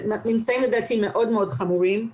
לדעתי אלה ממצאים מאוד מאוד חמורים.